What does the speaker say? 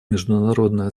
международное